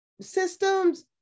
systems